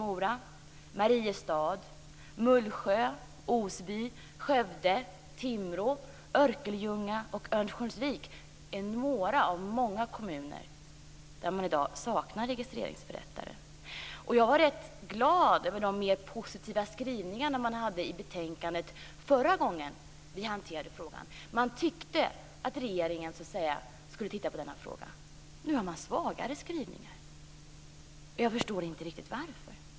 Osby, Skövde Timrå, Örkelljunga och Örnsköldsvik är några av de många kommuner där man i dag saknar en registreringsförrättare. Jag var rätt glad över de positiva skrivningar som fanns i betänkandet förra gången när vi hanterade den här frågan. Man tyckte att regeringen skulle titta på frågan. Nu är skrivningarna svagare, och jag förstår inte riktigt varför.